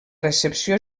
recepció